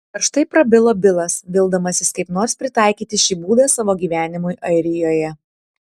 karštai prabilo bilas vildamasis kaip nors pritaikyti šį būdą savo gyvenimui airijoje